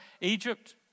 Egypt